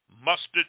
mustard